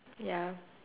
ya